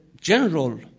general